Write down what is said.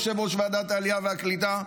יושב-ראש ועדת העלייה והקליטה.